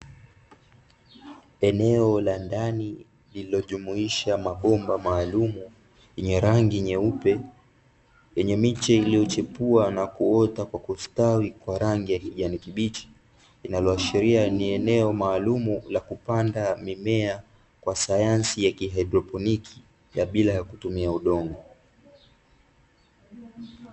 Eneo la ndani lililojumuisha mabomba maalumu yenye rangi nyeupe yenye miche iliyochipua na kuota kwa kustawi kwa rangi ya kijani kibichi, linaloashiria ni eneo maalumu la kupanda mimea kwa sayansi ya kihaidroponiki ya bila ya kutumia udongo.